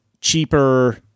cheaper